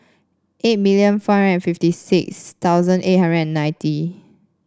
eight million four hundred fifty six thousand eight hundred and ninety